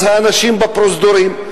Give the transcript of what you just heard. אז האנשים בפרוזדורים.